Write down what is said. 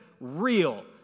real